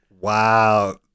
Wow